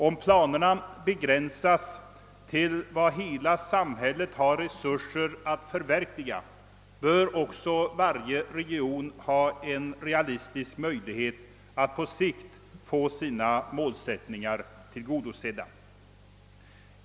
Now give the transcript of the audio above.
Om planerna begränsas till vad hela samhället har resurser att förverkliga bör också varje region ha en reell möjlighet att på sikt få sina målsättningar tillgodosedda.